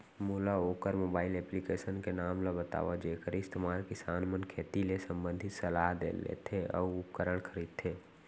मोला वोकर mobile application के नाम ल बतावव जेखर इस्तेमाल किसान मन खेती ले संबंधित सलाह लेथे अऊ उपकरण खरीदथे?